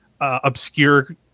obscure